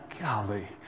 Golly